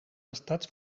estats